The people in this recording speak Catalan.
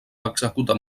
executa